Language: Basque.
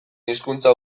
hizkuntza